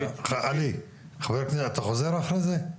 עלי, אתה חוזר אחרי זה לדיון?